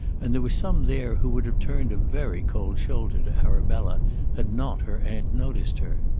and there were some there who would have turned a very cold shoulder to arabella had not her aunt noticed her.